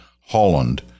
Holland